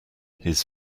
his